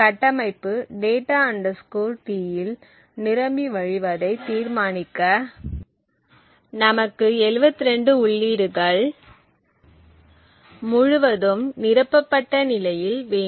கட்டமைப்பு data Tஇல் நிரம்பி வழிவதை தீர்மானிக்க நமக்கு 72 உள்ளீடுகள் முழுவதும் நிரப்பப்பட்ட நிலையில் வேண்டும்